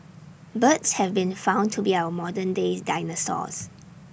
birds have been found to be our modern days dinosaurs